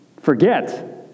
forget